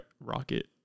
Rocket